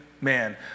man